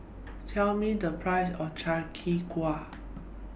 Tell Me The Price of Chi Kak Kuih